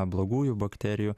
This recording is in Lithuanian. blogųjų bakterijų